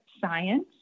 science